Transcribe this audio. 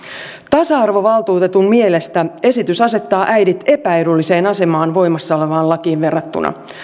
tasa arvovaltuutetun mielestä esitys asettaa äidit epäedulliseen asemaan voimassa olevaan lakiin verrattuna